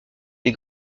des